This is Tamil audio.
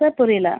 சார் புரியல